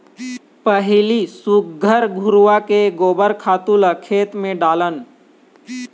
पहिली सुग्घर घुरूवा के गोबर खातू ल खेत म डालन